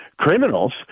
criminals